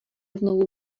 znovu